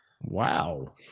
Wow